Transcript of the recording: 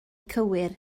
cywir